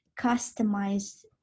customized